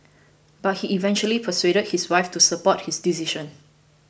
but he eventually persuaded his wife to support his decision